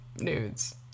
nudes